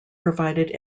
provided